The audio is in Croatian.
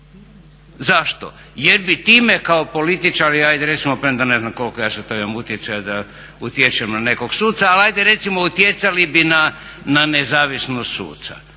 Zašto? Jer bi time kao političar i ajde recimo premda ne znam koliko ja to sada imam utjecaja da utječem na nekog suca, ali recimo utjecali bi na nezavisnost suca